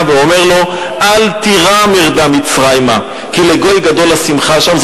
ואומר לו: "אל תירא מרדה מצרימה כי לגוי גדול אשימך שם".